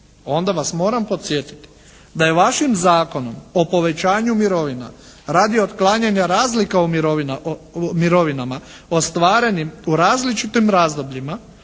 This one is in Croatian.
onda vas moram podsjetiti da je vašim Zakonom o povećanju mirovina radi otklanjanja razlika u mirovinama ostvarenim u različitim razdobljima